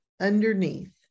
underneath